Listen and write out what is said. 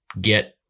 get